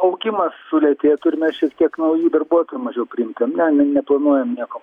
augimas sulėtėtų ir mes šiek tiek naujų darbuotojų mažiau priimtumėm ne neplanuojam nieko